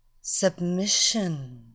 Submission